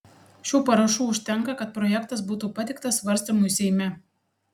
šių parašų užtenka kad projektas būtų pateiktas svarstymui seime